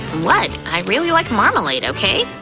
what, i really like marmalade, okay?